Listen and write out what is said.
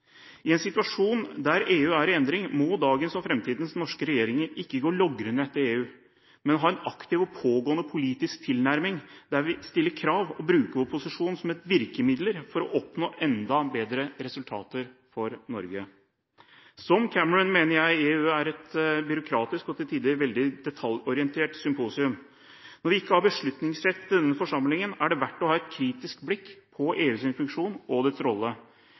I en situasjon der EU er i endring, må dagens og framtidens norske regjeringer ikke gå logrende etter EU, men ha en aktiv og pågående politisk tilnærming der vi stiller krav og bruker vår posisjon som et virkemiddel for å oppnå enda bedre resultater for Norge. Som Cameron mener jeg EU er et byråkratisk og til tider veldig detaljorientert symposium. Når vi ikke har beslutningsrett i denne forsamlingen, er det verdt å ha et kritisk blikk på EUs funksjon og rolle.